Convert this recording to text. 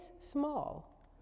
small